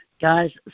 guys